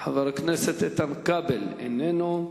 חבר הכנסת איתן כבל, איננו,